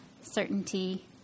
Certainty